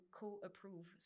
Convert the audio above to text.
co-approve